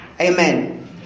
Amen